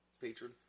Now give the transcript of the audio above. Patron